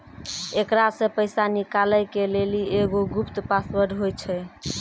एकरा से पैसा निकालै के लेली एगो गुप्त पासवर्ड होय छै